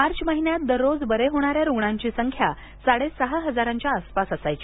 मार्च महिन्यात दररोज बरे होणाऱ्या रुग्णांची संख्या साडेसहा हजारांच्या आसपास असायची